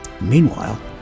Meanwhile